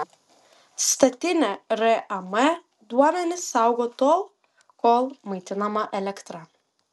statinė ram duomenis saugo tol kol maitinama elektra